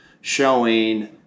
showing